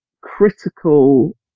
critical